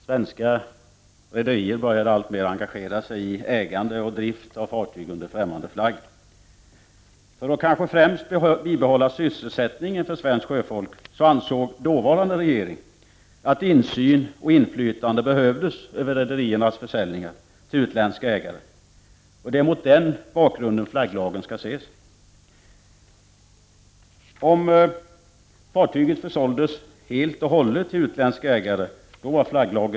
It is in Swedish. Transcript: Svenska rederier började alltmer engagera sig i ägande och drift av fartyg under främmande flagg. För att kanske främst bibehålla sysselsättningen för svenskt sjöfolk ansåg dåvarande regering att insyn och inflytande behövdes över rederiernas försäljningar till utländska ägare. Det är mot den bakgrunden flagglagen skall ses.